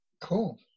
cool